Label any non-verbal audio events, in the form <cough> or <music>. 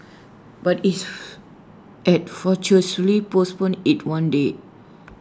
but if <noise> had fortuitously postponed IT one day